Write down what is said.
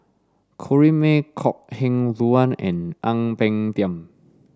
Corrinne May Kok Heng Leun and Ang Peng Tiam